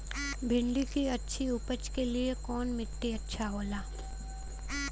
भिंडी की अच्छी उपज के लिए कवन मिट्टी अच्छा होला?